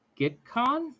GitCon